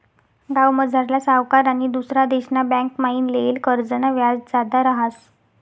गावमझारला सावकार आनी दुसरा देशना बँकमाईन लेयेल कर्जनं व्याज जादा रहास